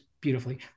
beautifully